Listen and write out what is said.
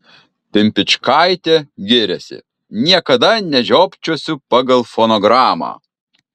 pimpičkaitė giriasi niekada nežiopčiosiu pagal fonogramą